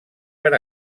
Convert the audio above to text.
per